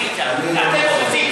טרומית לא הונח,